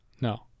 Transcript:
No